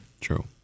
True